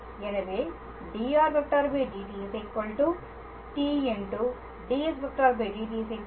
எனவே dr dt t ds dt ts ஆகும்